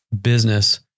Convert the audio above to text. business